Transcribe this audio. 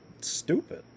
stupid